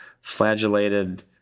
flagellated